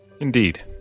Indeed